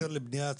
היתר לבנייה,